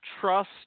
trust